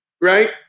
Right